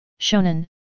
shonen